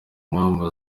mpamvu